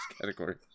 category